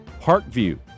Parkview